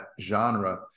genre